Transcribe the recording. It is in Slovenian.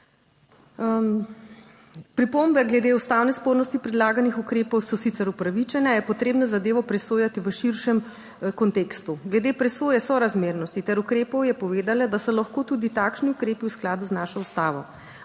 Pripombe glede ustavne spornosti predlaganih ukrepov so sicer upravičene, je potrebno zadevo presojati v širšem kontekstu. Glede presoje sorazmernosti ter ukrepov, je povedala, da so lahko tudi takšni ukrepi v skladu z našo Ustavo.